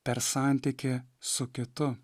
per santykį su kitu